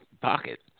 pocket